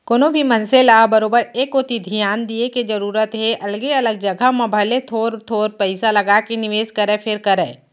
कोनो भी मनसे ल बरोबर ए कोती धियान दिये के जरूरत हे अलगे अलग जघा म भले थोर थोर पइसा लगाके निवेस करय फेर करय